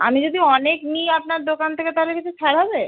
আমি যদি অনেক নিই আপনার দোকান থেকে তাহলে কিছু ছাড় হবে